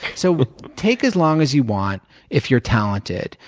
so take as long as you want if you're talented.